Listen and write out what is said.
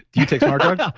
you take smart um and